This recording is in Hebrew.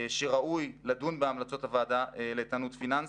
שראוי לדון בהמלצות הוועדה לאיתנות פיננסית,